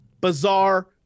bizarre